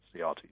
CRT